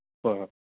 ꯍꯣꯏ ꯍꯣꯏ